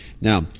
Now